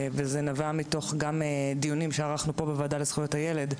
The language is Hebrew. וזה נבע גם מתוך דיונים שערכנו פה בוועדה לזכויות הילד,